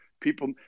people